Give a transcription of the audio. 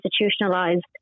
institutionalized